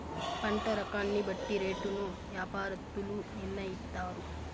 పంట రకాన్ని బట్టి రేటును యాపారత్తులు నిర్ణయిత్తారు